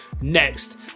next